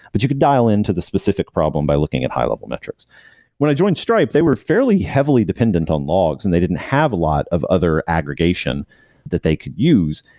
but you could dial into the specific problem by looking at high level metrics when i joined stripe, they were fairly heavily dependent on logs and they didn't have a lot of other aggregation that they could use.